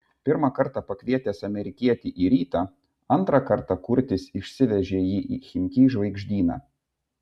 pirmą kartą pakvietęs amerikietį į rytą antrą kartą kurtis išsivežė jį į chimki žvaigždyną